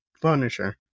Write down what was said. punisher